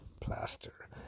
plaster